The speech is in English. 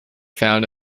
found